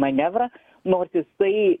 manevrą nors jisai